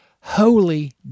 holy